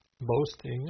boasting